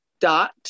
dot